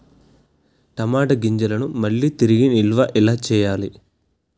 టమాట గింజలను మళ్ళీ తిరిగి నిల్వ ఎలా చేయాలి?